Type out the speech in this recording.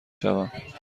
شوم